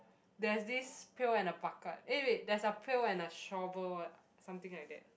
there's this pail and a bucket eh wait there's a pail and a shovel what ah something like that